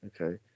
Okay